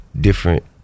different